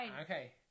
Okay